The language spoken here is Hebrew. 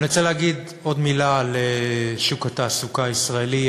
אני רוצה להגיד עוד מילה על שוק התעסוקה הישראלי.